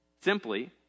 Simply